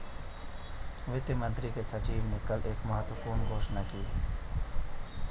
वित्त मंत्री के सचिव ने कल एक महत्वपूर्ण घोषणा की